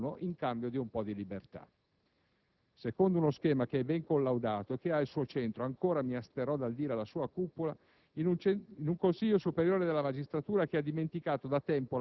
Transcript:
e il problema non sarà più sussistente. Molto semplice, insomma: "essere nessuno", in cambio di un po' di libertà. Ciò secondo uno schema che è ben collaudato e che ha il suo centro (ancora mi asterrò dal dire la sua cupola)